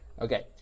Okay